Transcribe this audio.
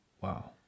wow